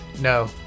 No